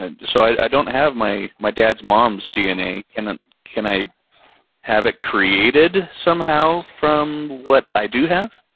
and so i i don't have my my dad's mom's dna. can ah can i have it created somehow from what i do have?